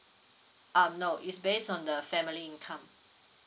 um no it's based on the family income